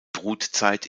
brutzeit